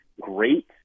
Great